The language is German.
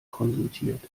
konsultiert